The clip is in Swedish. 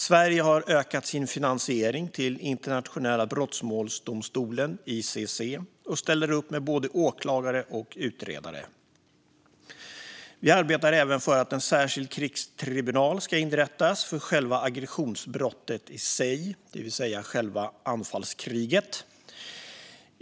Sverige har ökat sin finansiering till Internationella brottmålsdomstolen, ICC, och ställer upp med både åklagare och utredare. Vi arbetar även för att en särskild krigstribunal ska inrättas för själva aggressionsbrottet, det vill säga anfallskriget.